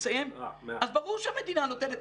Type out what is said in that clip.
ברור שהמדינה נותנת.